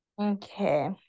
Okay